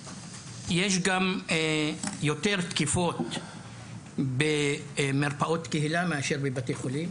יש גם יותר תקיפות במרפאות קהילה מאשר בבתי חולים,